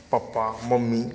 papa mummy